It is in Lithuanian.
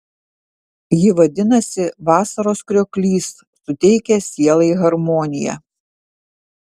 ji vadinasi vasaros krioklys suteikia sielai harmoniją